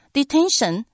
Detention 、